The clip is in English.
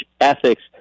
ethics